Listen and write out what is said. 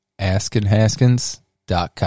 AskinHaskins.com